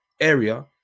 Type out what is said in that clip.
area